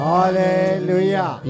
Hallelujah